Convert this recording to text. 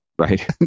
right